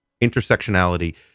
intersectionality